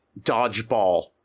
dodgeball